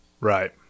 Right